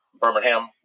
Birmingham